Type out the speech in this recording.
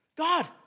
god